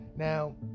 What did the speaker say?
Now